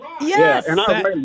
Yes